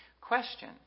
question